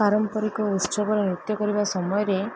ପାରମ୍ପରିକ ଉତ୍ସବ ନୃତ୍ୟ କରିବା ସମୟରେ